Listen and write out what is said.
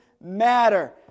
matter